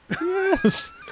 Yes